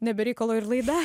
ne be reikalo ir laida